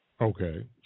Okay